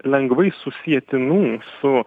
lengvai susietinų su